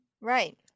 Right